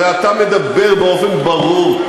הרי אתה מדבר באופן ברור,